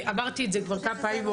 אמרתי את זה כבר כמה פעמים,